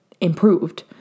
improved